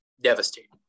devastating